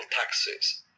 taxes